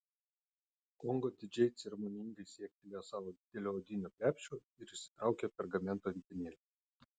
kongo didžiai ceremoningai siektelėjo savo didelio odinio krepšio ir išsitraukė pergamento ritinėlį